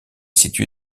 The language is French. situé